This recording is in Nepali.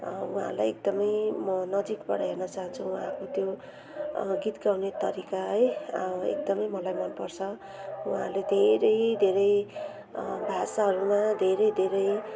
उहाँलाई एकदमै म नजिकबाट हेर्न चाहान्छु उहाँको त्यो अब गीत गाउने तरिका है एकदमै मलाई मन पर्छ उहाँले धेरै धेरै भाषाहरूमा धेरै धेरै